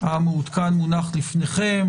המעודכן מונח לפניכם.